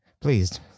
pleased